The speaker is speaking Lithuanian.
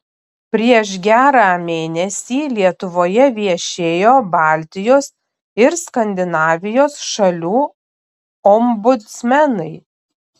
prieš gerą mėnesį lietuvoje viešėjo baltijos ir skandinavijos šalių ombudsmenai